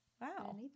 Wow